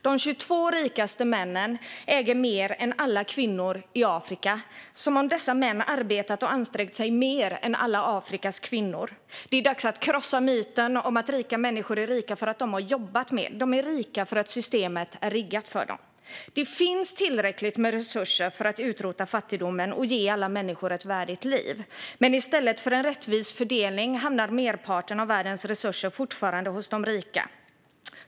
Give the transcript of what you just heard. De 22 rikaste männen äger mer än alla kvinnor i Afrika - som om dessa män arbetat och ansträngt sig mer än alla Afrikas kvinnor. Det är dags att krossa myten om att rika människor är rika därför att de har jobbat mer. De är rika därför att systemet är riggat för dem. Det finns tillräckligt med resurser för att utrota fattigdomen och ge alla människor ett värdigt liv, men i stället för en rättvis fördelning hamnar merparten av världens resurser fortfarande hos de rika.